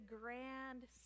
grand